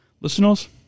listeners